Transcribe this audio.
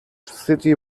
city